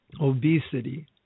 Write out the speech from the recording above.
obesity